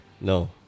no